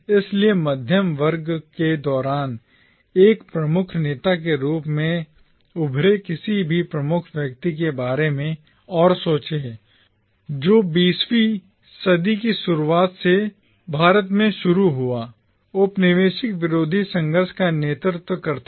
इसलिए मध्य वर्ग के दौरान एक प्रमुख नेता के रूप में उभरे किसी भी प्रमुख व्यक्ति के बारे में सोचें और सोचें जो 20 वीं सदी की शुरुआत से भारत में शुरू हुआ औपनिवेशिक विरोधी संघर्ष का नेतृत्व करता था